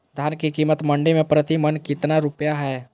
धान के कीमत मंडी में प्रति मन कितना रुपया हाय?